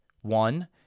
One